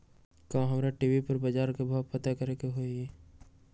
का हमरा टी.वी पर बजार के भाव पता करे के होई?